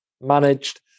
managed